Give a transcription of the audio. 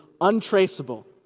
untraceable